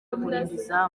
akomeza